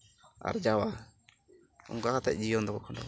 ᱟᱨᱡᱟᱣᱟ ᱚᱱᱠᱟ ᱟᱛᱮᱜ ᱡᱤᱭᱚᱱ ᱫᱚᱠᱚ ᱠᱷᱟᱱᱰᱟᱣᱟ